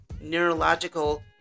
neurological